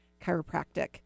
Chiropractic